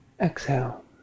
Exhale